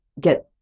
get